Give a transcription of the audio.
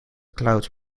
cloud